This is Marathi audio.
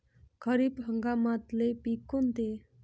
खरीप हंगामातले पिकं कोनते?